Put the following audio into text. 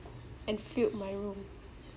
and filled my room